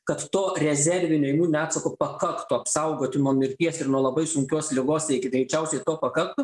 kad to rezervinio imuninio atsako pakaktų apsaugoti nuo mirties ir nuo labai sunkios ligos iki greičiausiai to pakaks